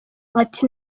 ati